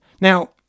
Now